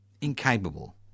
Incapable